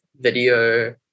video